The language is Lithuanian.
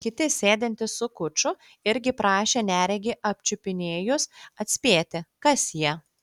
kiti sėdintys su kuču irgi prašė neregį apčiupinėjus atspėti kas jie